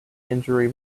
injury